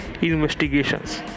investigations